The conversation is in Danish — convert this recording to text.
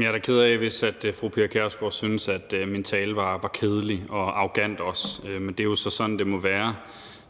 jeg er da ked af, at fru Pia Kjærsgaard synes, at min tale var kedelig og også arrogant, men er jo så sådan, det må være.